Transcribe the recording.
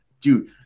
dude